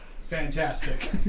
Fantastic